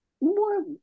more